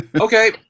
Okay